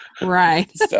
right